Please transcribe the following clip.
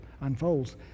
unfolds